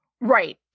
Right